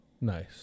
Nice